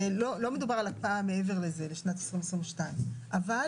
ולא מדובר על הקפאה מעבר לזה לשנת 2022. אבל